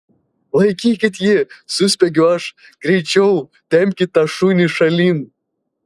laikykit jį suspiegiu aš greičiau tempkit tą šunį šalin